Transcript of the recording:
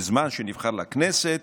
בזמן שנבחר לכנסת,